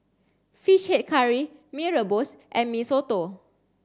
fish head curry Mee Rebus and Mee Soto